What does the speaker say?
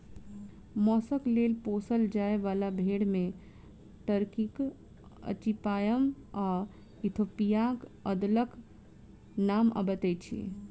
मौसक लेल पोसल जाय बाला भेंड़ मे टर्कीक अचिपयाम आ इथोपियाक अदलक नाम अबैत अछि